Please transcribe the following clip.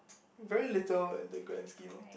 very little in the grand scheme of things